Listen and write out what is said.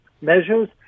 measures